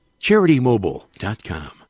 CharityMobile.com